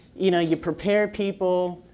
you know you prepare people,